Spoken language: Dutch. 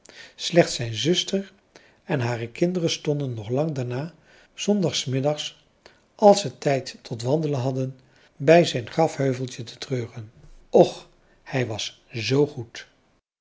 slechts zijn zuster en hare kinderen stonden nog lang daarna s zondagsmiddags als ze tijd tot wandelen hadden bij zijn grafheuveltje te treuren och hij was zoo goed